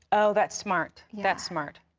oh thats smart. thats smart.